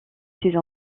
ses